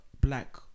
black